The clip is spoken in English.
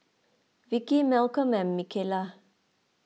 Vicki Malcom and Michaela